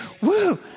Woo